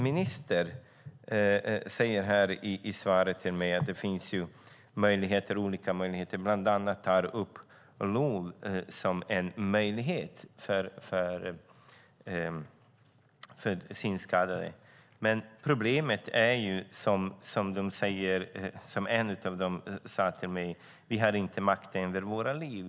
Ministern säger i svaret till mig att det finns olika möjligheter och tar bland annat upp LOV som en möjlighet för synskadade. Men problemet är, som en av de synskadade sade till mig, att de inte har makten över sina liv.